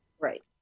Right